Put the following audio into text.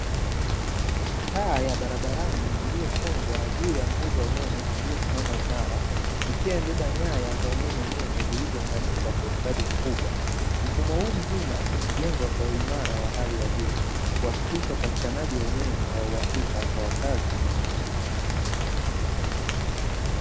Taa ya barabarani iliyofungwa juu ya nguzo za umeme iliyosimama imara, ikiwa imebeba nyaya za umeme nene zilizo unganishwa kwa ustadi mkubwa; mfumo huu mzima umejengwa kwa uimara wa hali ya juu kuhakikisha upatikanaji wa umeme wa uhakika kwa wakazi wa eneo hili.